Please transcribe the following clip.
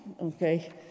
okay